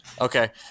Okay